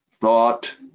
thought